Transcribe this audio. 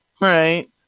Right